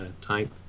type